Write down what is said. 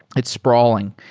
it's spraw ling,